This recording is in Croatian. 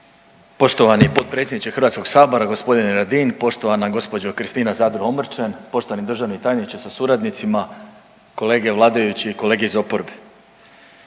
Poštovani potpredsjedniče Hrvatskoga sabora gospodine Radin, poštovana gospođo Kristina Zadro Omrčen, poštovani državni tajniče sa suradnicima, kolege vladajući i kolege iz oporbe.